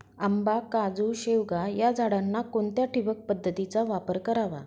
आंबा, काजू, शेवगा या झाडांना कोणत्या ठिबक पद्धतीचा वापर करावा?